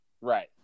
Right